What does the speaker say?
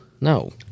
No